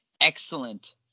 excellent